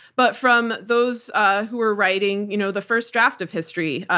but from those who were writing you know the first draft of history,